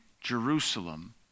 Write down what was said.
Jerusalem